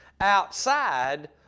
outside